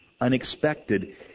unexpected